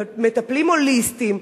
מטפלים הוליסטים,